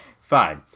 fine